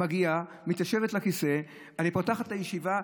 מגיעה, מתיישבת על הכיסא: "אני פותחת את הישיבה.